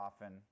often